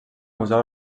museu